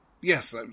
Yes